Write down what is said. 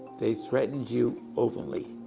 they threatened you openly.